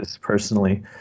personally